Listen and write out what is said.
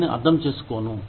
నేను అర్థం చేసుకోను